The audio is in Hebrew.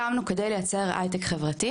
קמנו כדי לייצר הייטק חברתי,